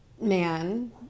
man